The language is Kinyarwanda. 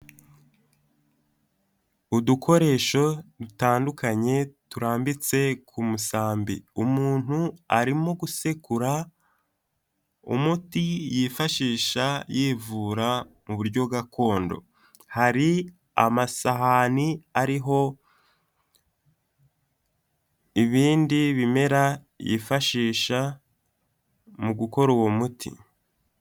Udukoresho dutandukanye turambitse ku musambi. Umuntu arimo gusekura umuti yifashisha yivura mu buryo gakondo, hari amasahani ariho ibindi bimera yifashisha mu gukora uwo muti.